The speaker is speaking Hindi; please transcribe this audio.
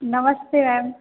नमस्ते मैम